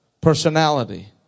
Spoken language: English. personality